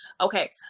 Okay